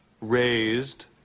raised